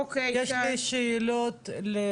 אז סיכמתי איתו שאני אשלח מראש מסמך,